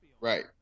right